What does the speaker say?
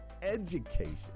education